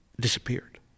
Disappeared